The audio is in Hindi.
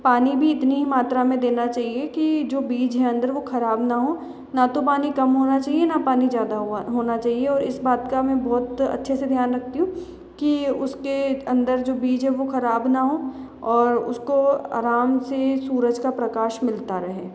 पानी भी इतनी ही मात्रा में देना चाहिए कि जो बीज है अंदर वो ख़राब न हो ना तो पानी कम होना चाहिए न पानी ज़्यादा हो होना चाहिए और इस बात का मैं बहुत अच्छे से ध्यान रखती हूँ कि उसके अंदर जो बीज है वो ख़राब ना हो और उसको आराम से सूरज का प्रकाश मिलता रहे